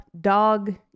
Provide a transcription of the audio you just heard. dog